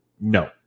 no